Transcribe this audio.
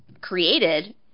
created